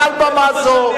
מעל במה זו,